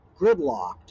gridlocked